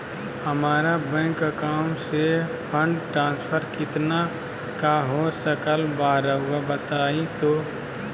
हमरा bank account से fund transfer कितना का हो सकल बा रुआ बताई तो?